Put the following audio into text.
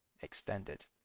extended